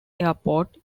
airport